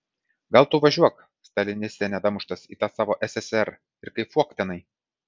gal tu važiuok staliniste nedamuštas į tą savo sssr ir kaifuok tenai